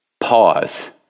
Pause